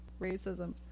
racism